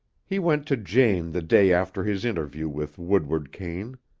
he went to jane the day after his interview with woodward kane.